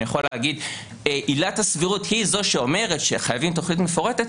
יכול להגיד שעילת הסבירות היא זו שאומרת שחייבים תוכנית מפורטת,